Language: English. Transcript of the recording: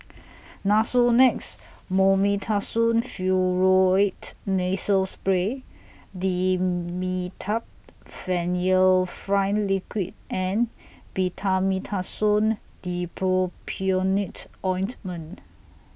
Nasonex Mometasone Furoate Nasal Spray Dimetapp Phenylephrine Liquid and Betamethasone Dipropionate Ointment